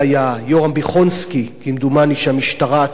יורם ביכונסקי, כמדומני, שהמשטרה עצרה,